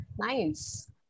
nice